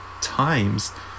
times